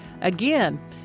Again